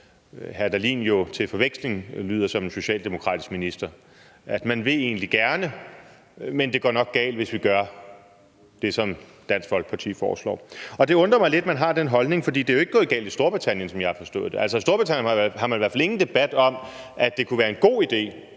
Morten Dahlin jo til forveksling lyder som en socialdemokratisk minister: Man vil egentlig gerne, men det går nok galt, hvis man gør det, som Dansk Folkeparti foreslår. Det undrer mig lidt, at man har den holdning, for det er jo ikke gået galt i Storbritannien, som jeg har forstået det. Altså, i Storbritannien har man i hvert fald ingen debat om, at det kunne være en god idé